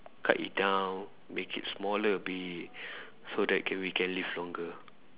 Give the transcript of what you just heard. cut it down make it smaller a bit so that can we can live longer